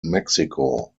mexico